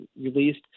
released